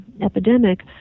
epidemic